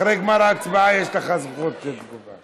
אחרי גמר ההצבעה יש לך זכות תגובה.